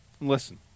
Listen